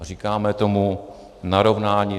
A říkáme tomu narovnání.